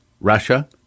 Russia